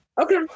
Okay